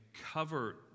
cover